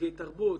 נציגי תרבות,